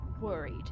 worried